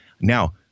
Now